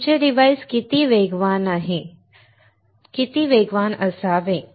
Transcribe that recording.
तुमचे डिव्हाइस किती वेगवान असावे